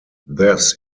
this